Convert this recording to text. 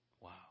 Wow